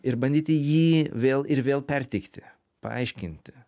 ir bandyti jį vėl ir vėl perteikti paaiškinti